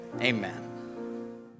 Amen